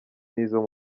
n’izo